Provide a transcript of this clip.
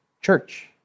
church